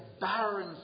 barren